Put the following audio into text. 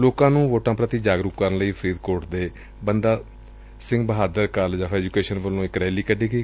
ਲੋਕਾ ਨੂੰ ਵੋਟਾ ਪੁਤੀ ਜਾਗਰੁਕ ਕਰਨ ਲਈ ਫਰੀਦਕੋਟ ਦੇ Banda Bahadur college of education ਵੱਲੋਂ ਇਕ ਰੈਲੀ ਕੱਢੀ ਗਈ